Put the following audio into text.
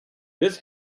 this